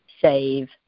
save